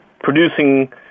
producing